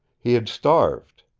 he had starved.